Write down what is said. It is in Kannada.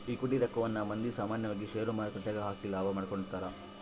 ಈಕ್ವಿಟಿ ರಕ್ಕವನ್ನ ಮಂದಿ ಸಾಮಾನ್ಯವಾಗಿ ಷೇರುಮಾರುಕಟ್ಟೆಗ ಹಾಕಿ ಲಾಭ ಮಾಡಿಕೊಂತರ